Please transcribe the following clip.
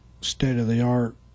state-of-the-art